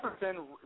Jefferson